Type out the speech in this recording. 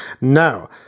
Now